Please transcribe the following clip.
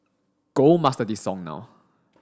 go master this song now